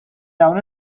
dawn